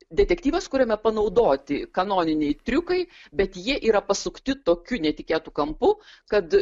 detektyvas kuriame panaudoti kanoniniai triukai bet jie yra pasukti tokiu netikėtu kampu kad